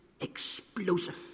explosive